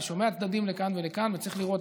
אני שומע צדדים לכאן ולכאן, ואני צריך לראות.